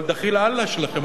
אבל דחיל אללה שלכם,